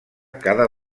cada